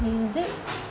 is it